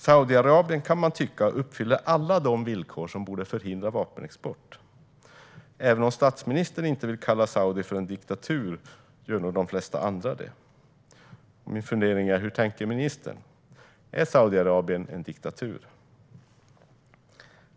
Man kan tycka att Saudiarabien uppfyller alla de villkor som borde förhindra vapenexport. Även om statsministern inte vill kalla Saudi för en diktatur gör nog de flesta andra det. Min fundering är: Hur tänker ministern, är Saudiarabien en diktatur?